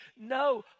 no